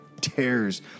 tears